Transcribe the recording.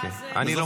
הינה היא הפסיקה.